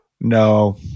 No